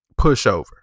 Pushover